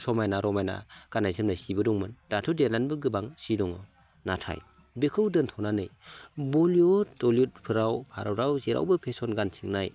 समायना रमायना गाननाय जोमनाय सिबो दंमोन दाथ' देरनानैबो गोबां सि दङ नाथाय बेखौ दोनथ'नानै बलिवुद हलिवुदफोराव भारताव जेरावबो फेसन गानथिंनाय